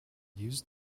used